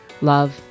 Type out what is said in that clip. love